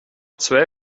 zwei